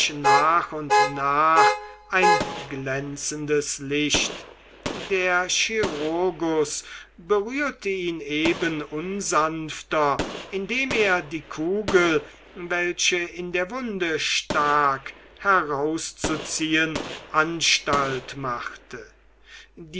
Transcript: nach und nach ein glänzendes licht der chirurgus berührte ihn eben unsanfter indem er die kugel welche in der wunde stak herauszuziehen anstalt machte